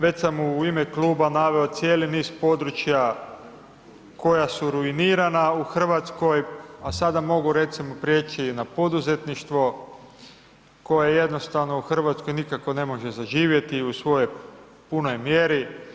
Već sam u ime kluba naveo cijeli niz područja, koja su ruinirana u Hrvatskoj, a sada mogu recimo preći na poduzetništvo, koje jednostavno u Hrvatskoj nikako ne može zaživjeti i u svojoj punoj mjeri.